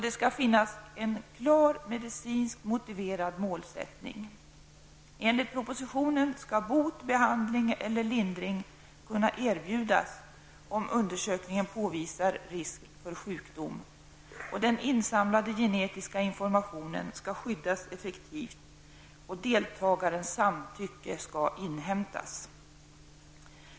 Det skall finnas en klar medicinskt motiverad målsättning. Enligt propositionen skall bot, behandling eller lindring kunna erbjudas om undersökningen påvisar risk för sjukdom. Den insamlade genetiska informationen skall skyddas effektivt, och deltagarens samtycke skall inhämtas.